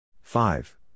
five